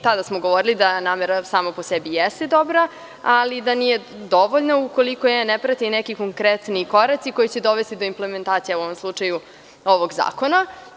Tada smo govorili da namera sama po sebi jeste dobra, ali da nije dovoljna, ukoliko je ne prate neki konkretni koraci koji će dovesti do implementacije, u ovom slučaju, ovog zakona.